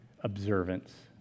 observance